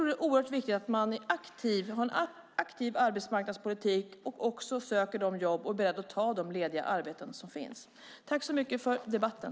Det är oerhört viktigt att man har en aktiv arbetsmarknadspolitik och att arbetslösa söker jobb och är beredda att ta de lediga arbeten som finns. Tack så mycket för debatten!